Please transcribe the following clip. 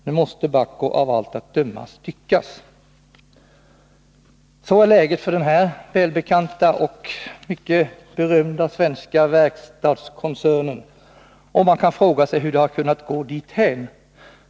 Nu måste Bahco av allt att döma styckas.” Så är läget för denna välbekanta för att inte säga mycket berömda svenska verkstadskoncern, och man kan fråga sig hur det har kunnat gå dithän.